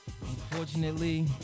Unfortunately